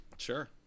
Sure